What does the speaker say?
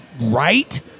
right